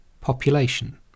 population